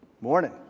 Morning